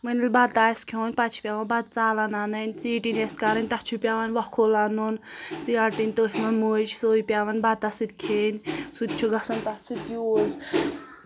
وۄنۍ ییٚلہِ بتہٕ آسہِ کھیٚون پتہٕ چھِ پیٚوان بَتہٕ ژالن اَنٕنۍ ژیٖٹِنۍ ٲسۍ کَرٕنۍ تتھ چھُ پیٚوان وۄکھل اَنُن ژیٹٕنۍ تٔتھۍ منٛز مٔجۍ سُے پیٚوان بَتَس سۭتۍ کھیٚنۍ سُہ تہِ چھُ گژھان تتھ سۭتۍ یوٗز